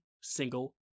single